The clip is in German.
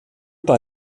bei